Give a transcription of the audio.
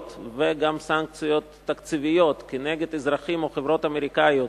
וגם סנקציות תקציביות כנגד אזרחים או חברות אמריקניות